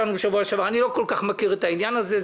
אני לא כל כך מכיר את העניין הזה.